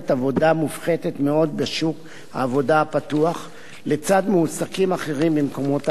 מופחתת מאוד בשוק העבודה הפתוח לצד מועסקים אחרים במקומות העבודה.